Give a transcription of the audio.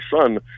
son